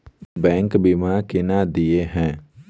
Bank बीमा केना देय है?